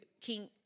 King